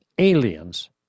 Aliens